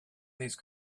these